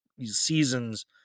seasons